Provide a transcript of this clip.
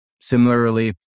Similarly